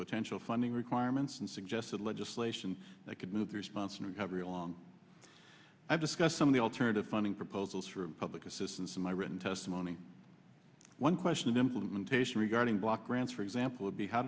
potential funding requirements and suggested legislation that could move the response and recovery along i've discussed some of the alternative funding proposals for public assistance in my written testimony one question of implementation regarding block grants for example would be how